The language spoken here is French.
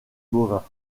bovin